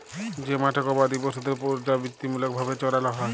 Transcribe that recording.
যে মাঠে গবাদি পশুদের পর্যাবৃত্তিমূলক ভাবে চরাল হ্যয়